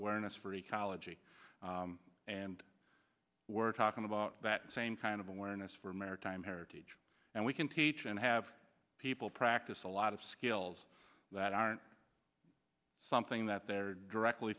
awareness for ecology and we're talking about that same kind of awareness for maritime heritage and we can teach and have people practice a lot of skills that aren't something that they're directly